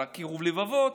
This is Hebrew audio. על קירוב הלבבות,